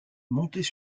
montées